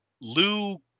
Lou